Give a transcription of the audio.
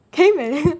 can you imagine